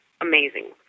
amazing